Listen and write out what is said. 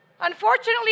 Unfortunately